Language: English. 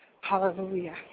Hallelujah